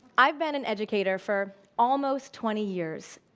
i've been an educator for almost twenty years.